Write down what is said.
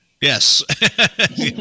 yes